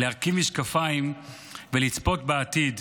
להרכיב משקפיים ולצפות בעתיד,